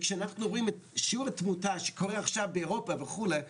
כשאנחנו רואים את שיעור התמותה שקורה עכשיו באירופה וכו',